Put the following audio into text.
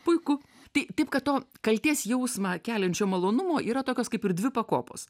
puiku tai taip kad to kaltės jausmą keliančio malonumo yra tokios kaip ir dvi pakopos